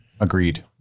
agreed